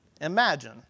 imagine